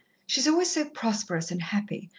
she's always so prosperous and happy,